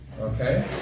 okay